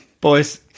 Boys